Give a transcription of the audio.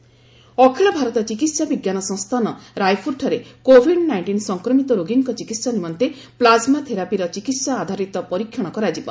ବିଜ୍ଞାନ ଅଖିଳ ଭାରତ ଚିକିତ୍ସା ବିଜ୍ଞାନ ସଂସ୍ଥାନ ରାୟପୁରଠାରେ କୋଭିଡ ନାଇଷ୍ଟିନ୍ ସଂକ୍ରମିତ ରୋଗୀଙ୍କ ଚିକିତ୍ସା ନିମନ୍ତେ ପ୍ଲାଜ୍ମା ଥେରାପିର ଚିକିତ୍ସା ଆଧାରିତ ପରୀକ୍ଷଣ କରାଯିବ